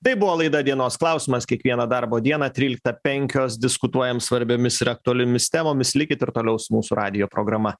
tai buvo laida dienos klausimas kiekvieną darbo dieną tryliktą penkios diskutuojam svarbiomis ir aktualiomis temomis likit ir toliau su mūsų radijo programa